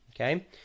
Okay